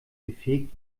befähigt